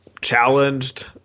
challenged